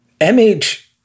MH